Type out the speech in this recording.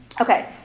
Okay